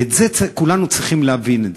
את זה כולנו צריכים להבין.